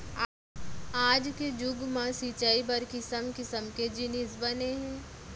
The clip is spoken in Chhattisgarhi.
आज के जुग म सिंचई बर किसम किसम के जिनिस बने हे